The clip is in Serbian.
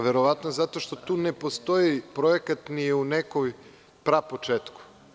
Verovatno zato što tu ne postoji projekat ni u nekom pra početku.